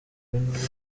n’inteko